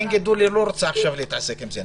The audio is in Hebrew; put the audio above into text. אם אין גידול היא לא רוצה עכשיו להתעסק עם זה.